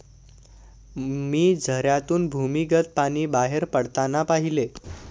मी झऱ्यातून भूमिगत पाणी बाहेर पडताना पाहिले